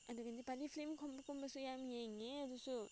ꯑꯗꯨꯒ ꯅꯦꯄꯥꯂꯤ ꯐꯤꯂꯝꯒꯨꯝꯕ ꯒꯨꯝꯕꯁꯨ ꯌꯥꯝ ꯌꯦꯡꯉꯦ ꯑꯗꯨꯁꯨ